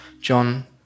John